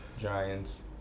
Giants